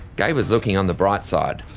gay was looking on the bright side.